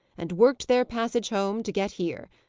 and worked their passage home, to get here.